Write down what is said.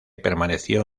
permaneció